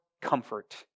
comfort